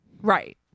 Right